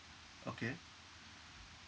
okay